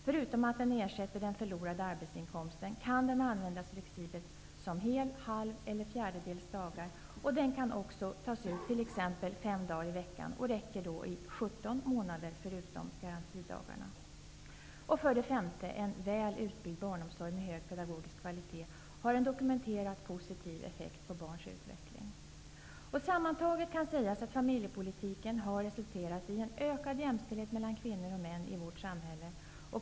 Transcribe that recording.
Förutom att den ersätter den förlorade arbetsinkomsten kan den användas flexibelt, som hel, halv eller fjärdedels dagar. Den kan också tas ut t.ex. fem dagar i veckan, och den räcker då i 17 För det femte: En väl utbyggd barnomsorg med hög pedagogisk kvalitet har en dokumenterat positiv effekt på barns utveckling. Sammantaget kan sägas att familjepolitiken har resulterat i en ökad jämställdhet mellan kvinnor och män i vårt samhälle.